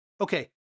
Okay